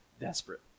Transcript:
desperate